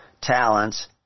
talents